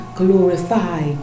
glorify